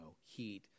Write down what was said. heat